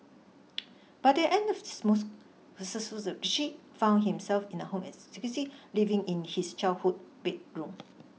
by the end of this most Richie found himself in the home is Tuskegee living in his childhood bedroom